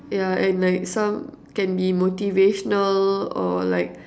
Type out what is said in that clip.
yeah and like some can be motivational or like